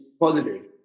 positive